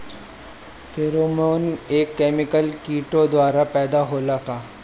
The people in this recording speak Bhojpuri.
फेरोमोन एक केमिकल किटो द्वारा पैदा होला का?